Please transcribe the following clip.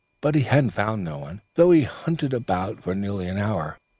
but he had found no one, though he hunted about for nearly an hour,